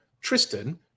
tristan